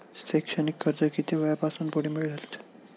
शैक्षणिक कर्ज किती वयापासून पुढे मिळते?